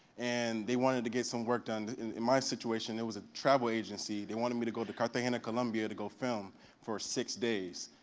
and they wanted to get some work done. in in my situation, it was a travel agency. they wanted me to go to cartagena, columbia to go film for six days.